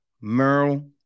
Merle